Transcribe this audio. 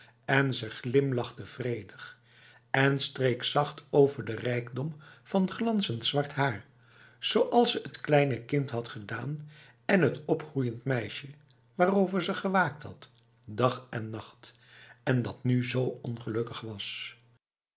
en ze glimlachte vredig en streek zacht over de rijkdom van glanzend zwart haar zoals ze het t kleine kind had gedaan en het opgroeiend meisje waarover ze gewaakt had dag en nacht en dat nu zo ongelukkig was